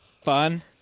fun